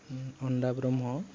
अन्दा Brahma